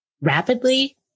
rapidly